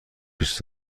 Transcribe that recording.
بیست